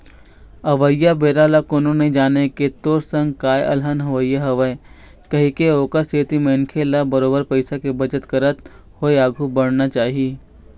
अवइया बेरा ल कोनो नइ जानय के तोर संग काय अलहन होवइया हवय कहिके ओखर सेती मनखे ल बरोबर पइया के बचत करत होय आघु बड़हना चाही